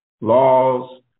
laws